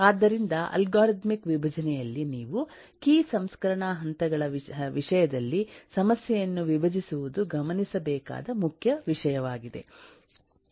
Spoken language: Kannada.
ಆದ್ದರಿಂದ ಅಲ್ಗಾರಿದಮಿಕ್ ವಿಭಜನೆಯಲ್ಲಿ ನೀವು ಕೀ ಸಂಸ್ಕರಣಾ ಹಂತಗಳ ವಿಷಯದಲ್ಲಿ ಸಮಸ್ಯೆಯನ್ನು ವಿಭಜಿಸುವುದು ಗಮನಿಸಬೇಕಾದ ಮುಖ್ಯ ವಿಷಯವಾಗಿದೆ